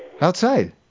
Outside